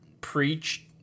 preached